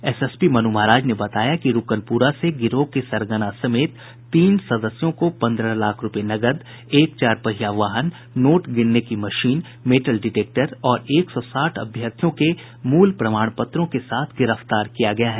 SSP Manu Maharaj ने बताया कि रूकनपुरा से गिरोह के सरगना समेत तीन सदस्यों को पन्द्रह लाख रूपये नकद एक चारपहिया वाहन नोट गिनने की मशीन मेटल डिटेक्टर और एक सौ साठ अभ्यर्थियों के मूल प्रमाण पत्रों के साथ गिरफ्तार किया गया है